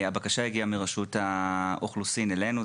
הבקשה הגיעה מרשות האוכלוסין אלינו,